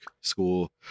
school